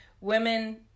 Women